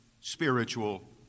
spiritual